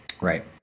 right